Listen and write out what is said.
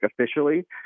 officially